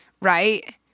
right